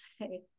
say